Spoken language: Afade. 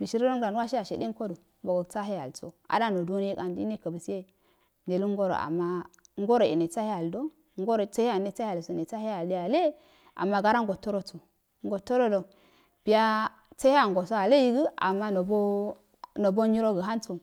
mishiri engdom wasi ashedenko bogou sahe alsio ada nodone ka nduwe ne kufu sihe neluwe nekefu sihe nelungoro ama ngoro e nesahe alido sahalu alle ama gara sotodoso notododo biya sehengo alle yega amma nobo nonyiro go hanso,